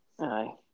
Aye